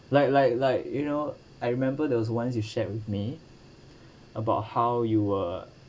like like like you know I remember there was once you shared with me about how you were